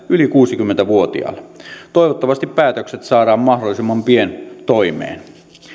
yli kuusikymmentä vuotiaalle pitkäaikaistyöttömälle toivottavasti päätökset saadaan mahdollisimman pian toimeen